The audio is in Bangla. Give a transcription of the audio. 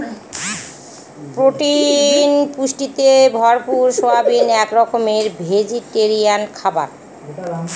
প্রোটিন পুষ্টিতে ভরপুর সয়াবিন এক রকমের ভেজিটেরিয়ান খাবার